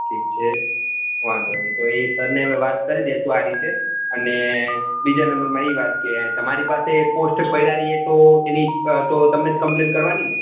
ઠીક છે વાંધો નહી તો એ સરને અમે વાત કરી દેશું આ રીતે અને બીજા નંબરમાં એ વાત કે તમારી પાસે પોસ્ટ પડ્યા રેહ તો એની તો તમને જ કમ્પલેન કરવાની ને